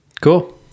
cool